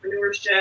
entrepreneurship